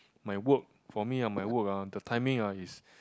my work for me ah my work ah the timing ah is